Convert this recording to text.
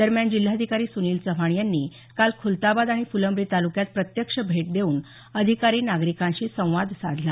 दरम्यान जिल्हाधिकारी सुनील चव्हाण यांनी काल खुलताबाद आणि फुलंब्री तालुक्यात प्रत्यक्ष भेट देऊन अधिकारी नागरिकांशी संवाद साधला